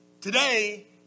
Today